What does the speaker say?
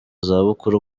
zabukuru